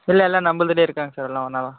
இல்லை எல்லா நமளுதுலையே இருக்காங்க சார் எல்லா ஒன்னாக